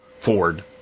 Ford